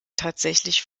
tatsächlich